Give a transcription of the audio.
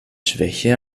schwäche